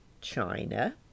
China